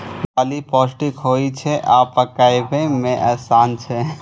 दालि पौष्टिक होइ छै आ पकबै मे आसान छै